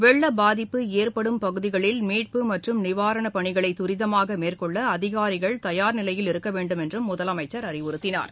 வெள்ளப் பாதிப்பு ஏற்படும் பகுதிகளில் மீட்பு நிவாரணப் மற்றம் பணிகளைதுரிதமாகமேற்கொள்ளஅதிகாரிகள் தயார் நிலையில் இருக்கவேண்டுமென்றும் முதலமைச்சர் அறிவுறுத்தினார்